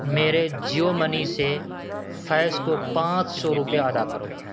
میرے جیو منی سے فیض کو پانچ سو روپیہ ادا کرو